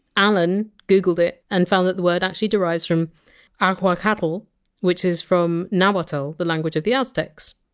alan googled it, and found that the word actually derives from ahuacatl, which is from nahuatl, the language of the aztecs,